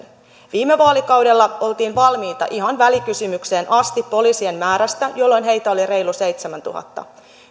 viime vaalikaudella oltiin valmiita ihan välikysymykseen asti lisäämään poliisien määrää jolloin heitä oli reilu seitsemäntuhatta